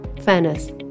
fairness